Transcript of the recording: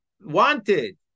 wanted